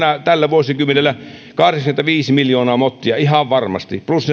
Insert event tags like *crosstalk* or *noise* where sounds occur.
tällä vuosikymmenellä kahdeksankymmentäviisi miljoonaa mottia ihan varmasti plus *unintelligible*